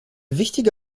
wichtige